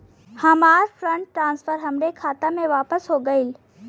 हमार fund transfer हमरे खाता मे वापस हो गईल